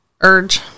urge